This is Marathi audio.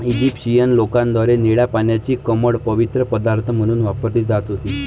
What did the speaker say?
इजिप्शियन लोकांद्वारे निळ्या पाण्याची कमळ पवित्र पदार्थ म्हणून वापरली जात होती